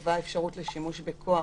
שקבע אפשרות לשימוש בכוח